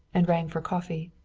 and rang for coffee.